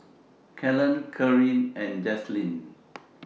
Kellen Karie and Jazlynn